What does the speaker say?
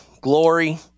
glory